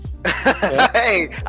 Hey